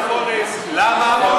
השר אקוניס, למה אתה לא שר החלל?